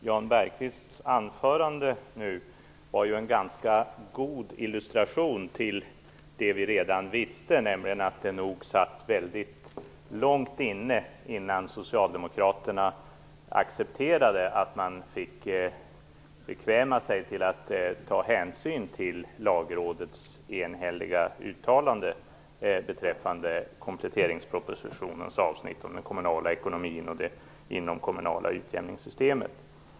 Jan Bergqvists anförande var en god illustration till det som vi redan visste, nämligen att det nog satt väldigt långt inne innan socialdemokraterna accepterade att man fick bekväma sig till att ta hänsyn till Lagrådets enhälliga uttalande beträffande kompletteringspropositionens avsnitt om den kommunala ekonomin och det inomkommunala utjämningssystemet.